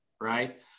right